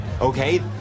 okay